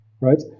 Right